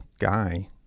guy